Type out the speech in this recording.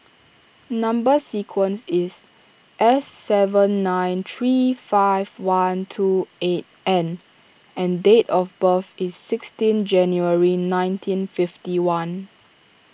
Number Sequence is S seven nine three five one two eight N and date of birth is sixteen January nineteen fifty one